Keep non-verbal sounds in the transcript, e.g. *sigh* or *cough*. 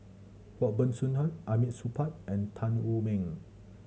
Robert Soon *unintelligible* Hamid Supaat and Tan Wu Meng